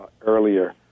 earlier